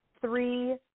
three